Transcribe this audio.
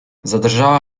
zadrżała